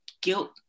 guilt